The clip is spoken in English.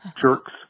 jerks